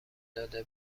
داده